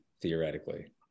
theoretically